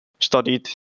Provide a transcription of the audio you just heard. studied